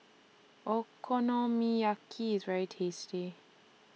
Okonomiyaki IS very tasty